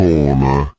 Corner